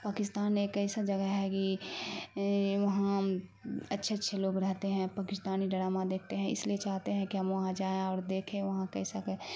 پاکستان ایک ایسا جگہ ہے کہ وہاں اچھے اچھے لوگ رہتے ہیں پاکستانی ڈڑامہ دیکھتے ہیں اس لیے چاہتے ہیں کہ ہم وہاں جائیں اور دیکھے وہاں کیسا